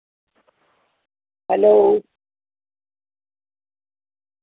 hello